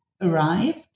arrived